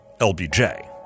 LBJ